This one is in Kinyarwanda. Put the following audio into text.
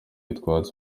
utwatsi